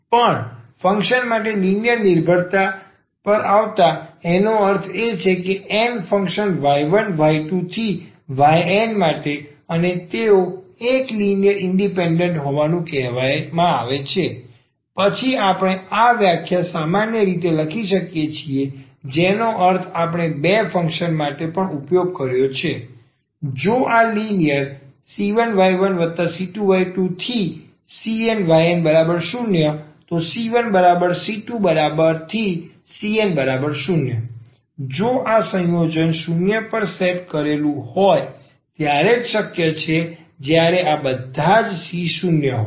ઘણા ફંક્શન ો માટે લિનિયર નિર્ભરતા પર આવતા એનો અર્થ એ કે n ફંક્શન y1 y2 ynમાટે અને તેઓ એક લિનિયર ઇન્ડિપેન્ડન્ટ હોવાનું કહેવામાં આવે છે અને પછી આપણે આ વ્યાખ્યા સામાન્ય કરી શકીએ છીએ જેનો આપણે બે ફંક્શન ો માટે પણ ઉપયોગ કર્યો છે જો આ લિનિયર c1y1c2y2⋯cnyn0⇒c1c2⋯cn0 જો આ સંયોજન 0 પર સેટ કરેલું હોય ત્યારે જ શક્ય છે જ્યારે આ બધા c 0 હોય